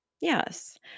yes